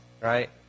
right